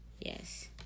Yes